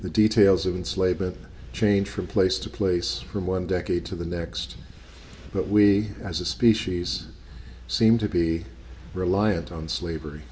the details of enslavement change from place to place from one decade to the next but we as a species seem to be reliant on slavery